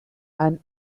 and